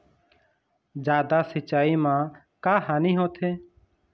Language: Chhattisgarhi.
जादा सिचाई म का हानी होथे?